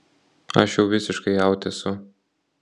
aš jau visiškai aut esu